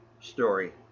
story